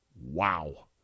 Wow